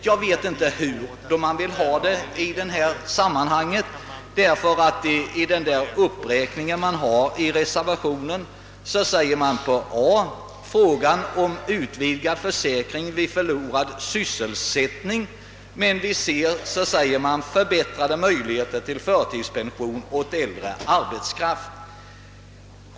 Jag vet inte hur man vill ha det i detta sammanhang, därför att man i reservationen under A säger »frågan om utvidgad försäkring vid förlorad sysselsättning», men vid C säger man »förbättrade möjligheter till förtidspension åt äldre arbetskraft».